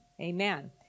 amen